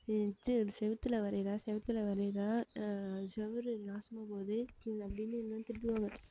இது செவுத்தில் வரைகிறா செவுத்தில் வரைகிறா செவுரு நாசமாக போகுது இப்படி அப்படின்னு எல்லாம் திட்டுவாங்க